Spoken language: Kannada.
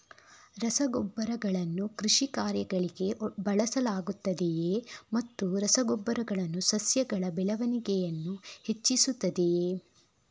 ರಸಗೊಬ್ಬರಗಳನ್ನು ಕೃಷಿ ಕಾರ್ಯಗಳಿಗೆ ಬಳಸಲಾಗುತ್ತದೆಯೇ ಮತ್ತು ರಸ ಗೊಬ್ಬರಗಳು ಸಸ್ಯಗಳ ಬೆಳವಣಿಗೆಯನ್ನು ಹೆಚ್ಚಿಸುತ್ತದೆಯೇ?